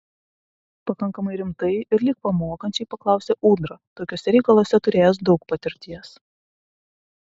pakankamai rimtai ir lyg pamokančiai paklausė ūdra tokiuose reikaluose turėjęs daug patirties